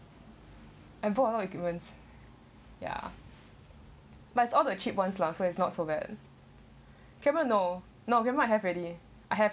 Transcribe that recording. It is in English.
and for a lot of equipments ya but it's all the cheap ones lah so it's not so bad cable no not we might have already I have